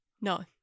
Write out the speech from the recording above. No